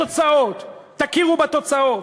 יש תוצאות, תכירו בתוצאות.